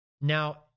Now